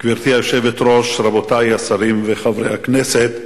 גברתי היושבת-ראש, רבותי השרים וחברי הכנסת,